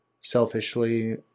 selfishly